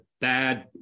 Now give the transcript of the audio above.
bad